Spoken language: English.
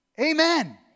Amen